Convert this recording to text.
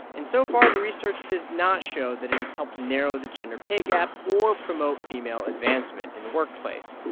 and so far, the research does not show that it has helped narrow the gender pay gap or promote female advancement in the workplace.